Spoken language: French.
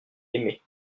aimé